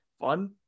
fun